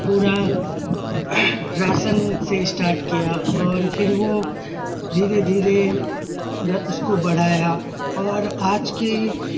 پورا راشن سے اسٹاٹ کیا اور پھر وہ دھیرے دھیرے اس کو بڑھایا اور آج کے